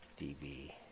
DB